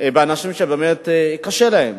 באנשים שבאמת קשה להם,